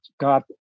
God